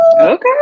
Okay